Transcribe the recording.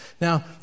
Now